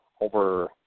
over